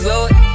Lord